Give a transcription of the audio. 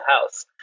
house